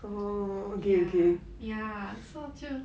ya ya so 就